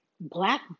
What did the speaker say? Black